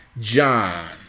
John